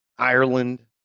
Ireland